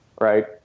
right